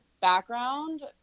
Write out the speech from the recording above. background